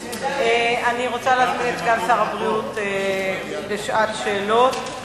אני רוצה להזמין את סגן שר הבריאות לשעת שאלות,